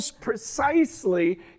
precisely